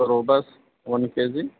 کروبس one کے جی